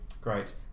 Great